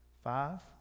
five